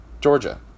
Georgia